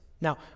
Now